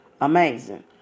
Amazing